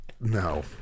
No